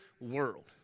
world